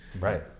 Right